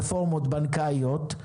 רפורמות בנקאיות,